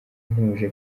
ntuje